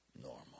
normal